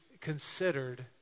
considered